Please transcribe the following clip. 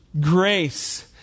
grace